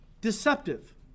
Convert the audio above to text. deceptive